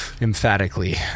emphatically